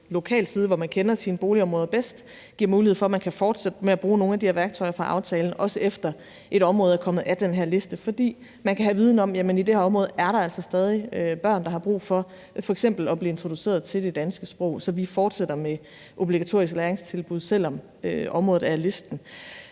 lokal side, hvor man kender sine boligområder bedst, kan fortsætte med at bruge nogle af de her værktøjer fra aftalen, også efter et område er kommet af den her liste. For man kan have viden om, at i det her område er der altså stadig børn, der har brug for f.eks. at blive introduceret til det danske sprog, så man fortsætter med obligatoriske læringstilbud, selv om området er taget